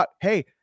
hey